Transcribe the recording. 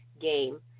game